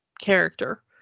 character